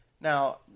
Now